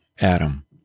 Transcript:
Adam